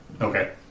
Okay